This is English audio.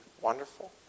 wonderful